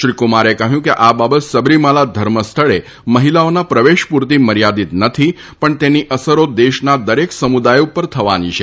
શ્રી કુમારે કહ્યું કે આ બાબત સબરીમાલા ધર્મ સ્થળે મહિલાઓના પ્રવેશ પુરતી મર્યાદીત નથી પણ તેની અસરો દેશના દરેક સમુદાય ઉપર થવાની છે